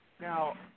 Now